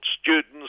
students